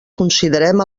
considerem